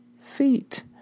feet